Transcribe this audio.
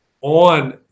on